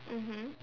mmhmm